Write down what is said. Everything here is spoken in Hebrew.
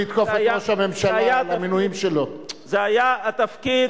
טוב, זה מטאפורה.